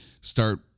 start